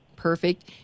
perfect